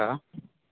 अच्छा